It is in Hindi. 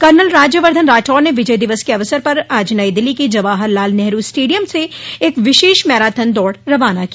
कर्नल राज्यवर्धन राठौर ने विजय दिवस के अवसर पर आज नई दिल्ली के जवाहर लाल नेहरू स्टेडियम से एक विशेष मैराथन दौड़ रवाना की